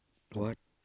what